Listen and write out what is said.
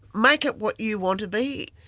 make it what you want to be.